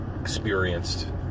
Experienced